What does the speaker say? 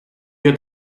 had